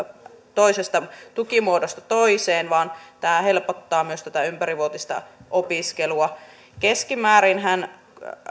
toisesta tukimuodosta toiseen vaan tämä helpottaa myös ympärivuotista opiskelua keskimäärinhän